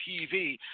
TV